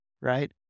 right